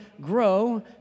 grow